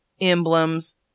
emblems